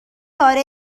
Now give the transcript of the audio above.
کاره